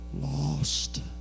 lost